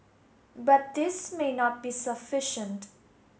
but this may not be sufficient